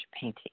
painting